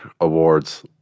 Awards